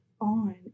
on